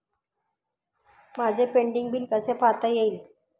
माझे pending bill कसे पाहता येईल?